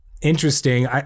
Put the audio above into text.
interesting